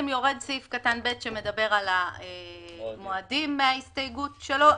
סעיף קטן (ב) המדבר על המועדים יורד מההסתייגות שלו.